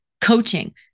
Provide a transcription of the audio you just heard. coaching